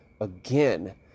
again